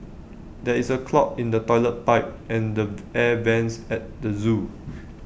there is A clog in the Toilet Pipe and the air Vents at the Zoo